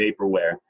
vaporware